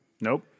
Nope